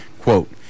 Quote